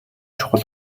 чухал